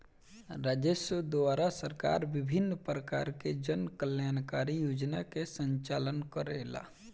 राजस्व द्वारा सरकार विभिन्न परकार के जन कल्याणकारी योजना के संचालन करेला